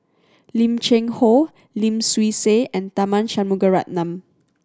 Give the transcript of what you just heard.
Lim Cheng Hoe Lim Swee Say and Tharman Shanmugaratnam